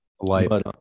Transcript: Life